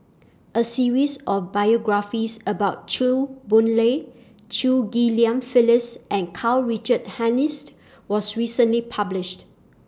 A series of biographies about Chew Boon Lay Chew Ghim Lian Phyllis and Karl Richard Hanitsch was recently published